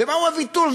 ומהו הוויתור?